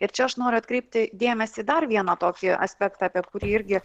ir čia aš noriu atkreipti dėmesį į dar vieną tokį aspektą apie kurį irgi